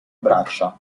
braccia